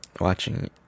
watching